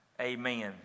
amen